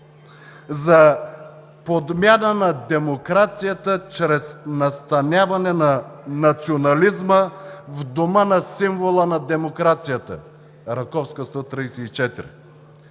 за подмяна на демокрацията чрез настаняване на национализма в дома на символа на демокрацията на „Раковски“ 134.